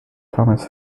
thomas